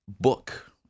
book